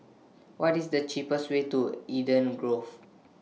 What IS The cheapest Way to Eden Grove